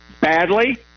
badly